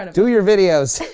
and do your videos!